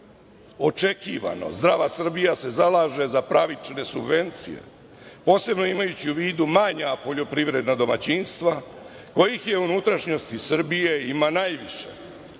očekivano. Zdrava Srbija se zalaže za pravične subvencije, posebno imajući u vidu manja poljoprivredna domaćinstva kojih u unutrašnjosti Srbije ima najviše.